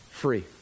free